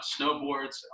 snowboards